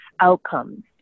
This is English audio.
outcomes